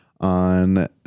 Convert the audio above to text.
on